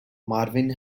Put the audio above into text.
marvin